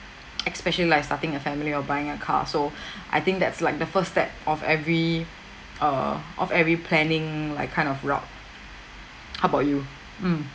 especially like starting a family or buying a car so I think that's like the first step of every err of every planning like kind of route how about you mm